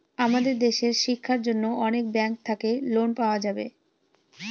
আমাদের দেশের শিক্ষার জন্য অনেক ব্যাঙ্ক থাকে লোন পাওয়া যাবে